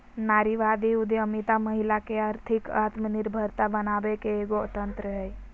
नारीवादी उद्यमितामहिला के आर्थिक आत्मनिर्भरता बनाबे के एगो तंत्र हइ